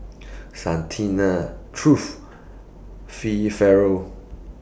Santina Truth Fee Ferrell